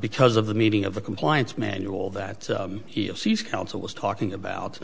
because of the meaning of the compliance manual that he sees counsel was talking about